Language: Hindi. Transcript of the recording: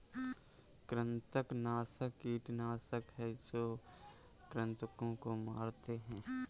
कृंतकनाशक कीटनाशक हैं जो कृन्तकों को मारते हैं